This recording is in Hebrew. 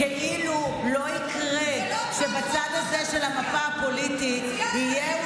כאילו לא יקרה שבצד הזה של המפה הפוליטית יהיה